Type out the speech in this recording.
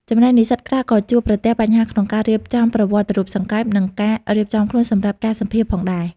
ចំណែកនិស្សិតខ្លះក៏ជួបប្រទះបញ្ហាក្នុងការរៀបចំប្រវត្តិរូបសង្ខេប និងការរៀបចំខ្លួនសម្រាប់ការសម្ភាសន៍ផងដែរ។